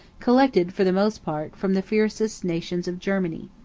collected, for the most part, from the fiercest nations of germany.